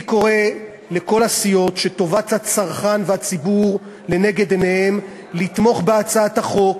אני קורא לכל הסיעות שטובת הצרכן והציבור לנגד עיניהן לתמוך בהצעת החוק,